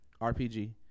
RPG